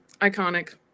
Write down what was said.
Iconic